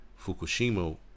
Fukushima